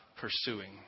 pursuing